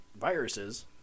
viruses